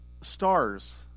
stars